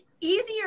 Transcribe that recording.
easier